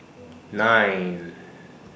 nine